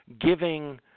giving